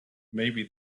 maybe